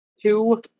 Two